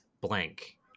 blank